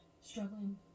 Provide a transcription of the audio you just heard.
struggling